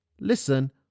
Listen